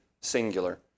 singular